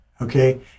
Okay